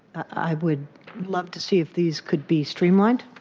i would love to see if these could be streamlined,